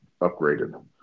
upgraded